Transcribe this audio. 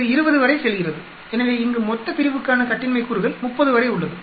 இது 20 வரை செல்கிறது எனவே இங்கு மொத்தப்பிரிவுக்கான கட்டின்மை கூறுகள் 30 வரை உள்ளது